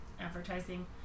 advertising